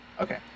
Okay